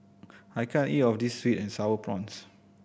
I can't eat all of this sweet and Sour Prawns